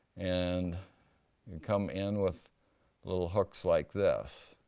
and you come in with little hooks like this.